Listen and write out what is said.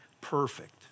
perfect